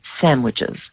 sandwiches